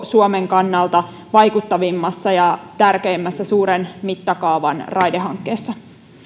suomen kannalta vaikuttavimmassa ja tärkeimmässä suuren mittakaavan raidehankkeessa